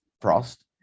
Frost